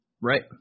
Right